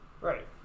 Right